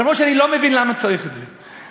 אף שאני לא מבין למה צריך את זה,